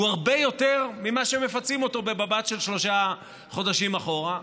הוא הרבה יותר ממה שהם מפצים אותו במבט של שלושה חודשים אחורה,